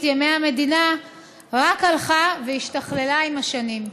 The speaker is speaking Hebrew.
ימי המדינה רק הלכה והשתכללה עם השנים.